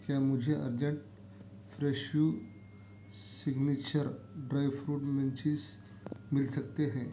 کیا مجھے urgent fresho signature dry fruit munchies مل سکتے ہیں